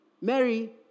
Mary